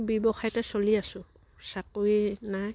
ব্যৱসায়তে চলি আছোঁ চাকৰি নাই